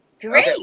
Great